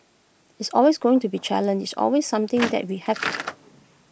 it's always going to be challenge it's always something that we have